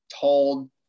told